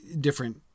different